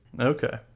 Okay